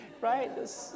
right